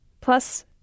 Plus